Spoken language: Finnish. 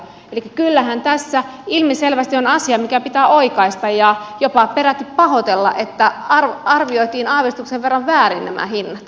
elikkä kyllähän tässä ilmiselvästi on asia mikä pitää oikaista ja jopa peräti pahoitella että arvioitiin aavistuksen verran väärin nämä hinnat